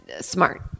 smart